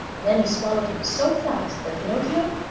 then he swallowed him so fast that pinocchio,